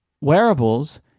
wearables